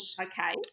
Okay